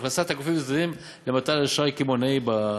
הכנסת הגופים המוסדיים למתן אשראי קמעונאי.